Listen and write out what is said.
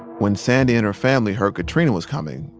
when sandy and her family heard katrina was coming,